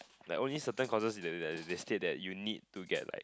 like only certain courses they they they they state that you need to get like